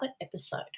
episode